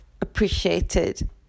appreciated